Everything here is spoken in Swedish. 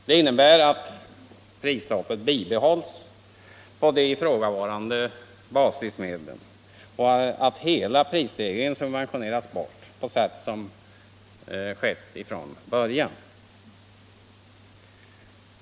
Det innebär att prisstoppet bibehålls på de ifrågavarande baslivsmedlen och att hela prisstegringen subventioneras bort på det sätt som skedde i början.